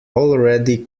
already